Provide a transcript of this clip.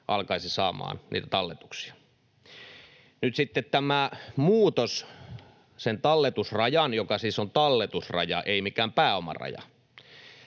alkaisi saamaan niitä talletuksia. Nyt kun sitten tämä muutos talletusrajaan — joka siis on talletusraja, ei mikään pääomaraja